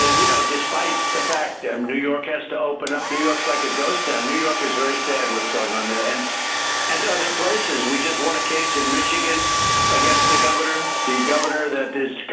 ah you know, despite the fact um new york has to open up new york's like a ghost town, new york is very sad what's going on there and and other places. we just want a case in michigan against the governor, the governor that is,